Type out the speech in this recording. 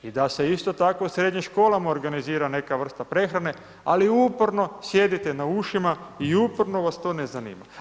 I da se isto tako u srednjim školama organizira neka vrsta prehrane ali uporno sjedite na ušima i uporno vas to ne zanima.